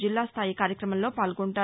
జిల్లా స్థాయి కార్యక్రమంలో పాల్గొంటారు